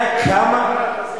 כמה?